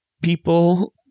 people